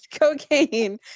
cocaine